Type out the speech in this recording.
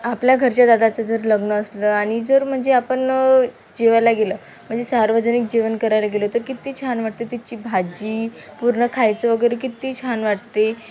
आपल्या घरच्या दादाचं जर लग्न असलं आणि जर म्हणजे आपण जेवायला गेलं म्हणजे सार्वजनिक जेवण करायला गेलो तर कित्ती छान वाटते तिथची भाजी पूर्ण खायचं वगैरे कित्ती छान वाटते